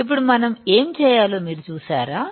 ఇప్పుడుమనం ఏమి చేయాలో మీరు చూశారా